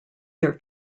their